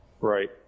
Right